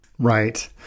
Right